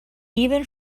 even